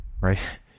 right